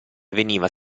veniva